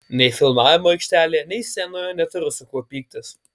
nei filmavimo aikštelėje nei scenoje neturiu su kuo pyktis